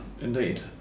indeed